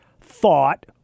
thought